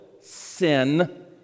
sin